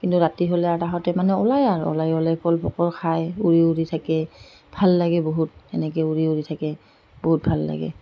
কিন্তু ৰাতি হ'লে আৰু সিহঁতে মানে ওলায় আৰু ওলাই ওলাই ফল পোকবোৰ খাই উৰি উৰি থাকে ভাল লাগে বহুত এনেকৈ উৰি উৰি থাকে বহুত ভাল লাগে